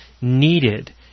needed